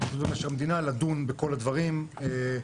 לדון בכל הדברים,